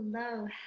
Hello